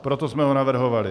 Proto jsme ho navrhovali.